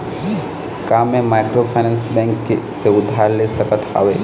का मैं microfinance bank से उधार ले सकत हावे?